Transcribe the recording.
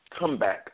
comeback